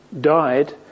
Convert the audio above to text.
died